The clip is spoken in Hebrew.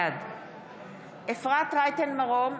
בעד אפרת רייטן מרום,